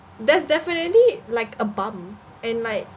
there's definitely like a bump and like